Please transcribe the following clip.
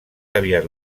aviat